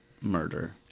murder